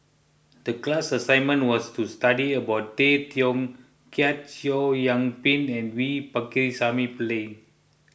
the class assignment was to study about Tay Teow Kiat Chow Yian Ping and V Pakirisamy Pillai